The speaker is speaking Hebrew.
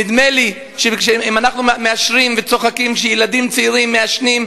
נדמה לי שאם אנחנו מאשרים וצוחקים כשילדים צעירים מעשנים,